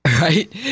Right